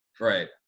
Right